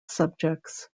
subjects